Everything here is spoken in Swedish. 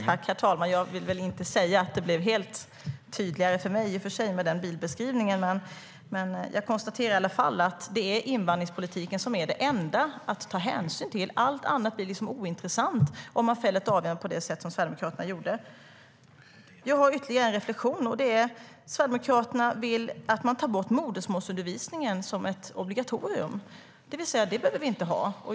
Herr talman! Jag vill inte säga att det blev helt tydligt för mig med den bilbeskrivningen. Jag konstaterar i varje fall att det är invandringspolitiken som är det enda att ta hänsyn till. Allt annat blir ointressant om man fäller ett avgörande på det sätt som Sverigedemokraterna gjorde. Jag har ytterligare en reflexion. Sverigedemokraterna vill att man tar bort modersmålsundervisningen som ett obligatorium. Det behöver vi inte ha.